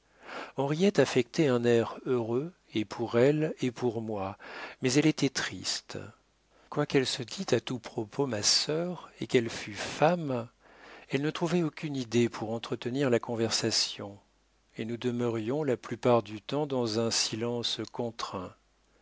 henriette affectait un air heureux et pour elle et pour moi mais elle était triste quoiqu'elle se dît à tout propos ma sœur et qu'elle fût femme elle ne trouvait aucune idée pour entretenir la conversation et nous demeurions la plupart du temps dans un silence contraint